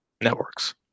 networks